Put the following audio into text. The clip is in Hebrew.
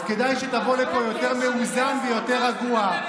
כדאי שתבוא לפה יותר מאוזן ויותר רגוע,